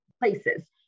places